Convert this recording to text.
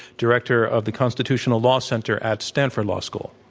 director of the constitutional law center at stanford law school.